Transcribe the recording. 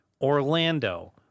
Orlando